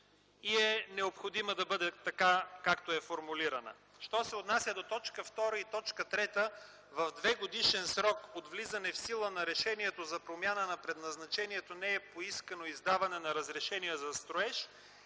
и е необходима да бъде така, както е формулирана. Що се отнася до т. 2 и т. 3 – в двегодишен срок от влизане в сила на решението за промяна на предназначението не е поискано издаване на разрешение за строеж,